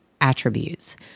attributes